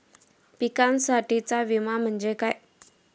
पिकांसाठीचा विमा म्हणजे काय?